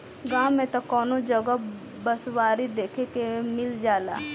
गांव में त कवनो जगह बँसवारी देखे के मिल जाला